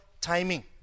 timing